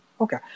Okay